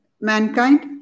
mankind